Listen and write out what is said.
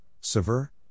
Sever